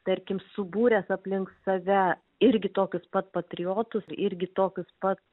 tarkim subūręs aplink save irgi tokius pat patriotus irgi tokius pat